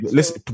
Listen